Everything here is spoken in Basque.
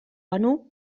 banu